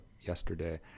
yesterday